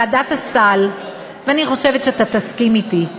ועדת הסל, ואני חושבת שאתה תסכים אתי,